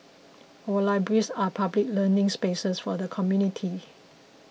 our libraries are public learning spaces for the community